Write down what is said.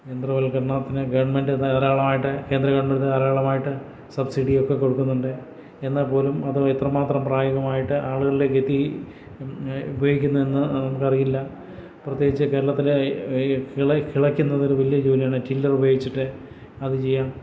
യന്ത്രവൽക്കരണത്തിന് government ധാരാളമായിട്ട് കേന്ദ്ര government ധാരാളമായിട്ട് സബ്സിഡിയൊക്കെ കൊടുക്കുന്നുണ്ട് എന്നാല്പ്പോലും അത് എത്രമാത്രം പ്രായോഗമായിട്ട് ആളുകളിലേക്കെത്തി ഉപയോഗിക്കുന്നെന്ന് നമുക്കറിയില്ല പ്രത്യേകിച്ച് കേരളത്തിലെ കിള കിളക്കുന്നതൊരു വലിയ ജോലിയാണ് ടില്ലറുപയോഗിച്ചിട്ട് അത് ചെയ്യാം